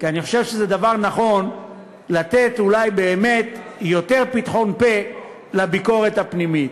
כי אני חושב שאולי באמת זה דבר נכון לתת יותר פתחון פה לביקורת הפנימית.